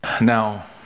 Now